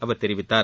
அவர் தெரிவித்தார்